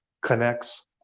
connects